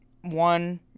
One